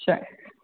चाय